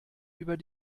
über